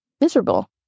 miserable